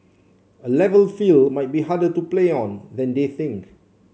A Level field might be harder to play on than they think